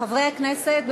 חברי הכנסת,